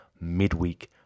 midweek